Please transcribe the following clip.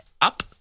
up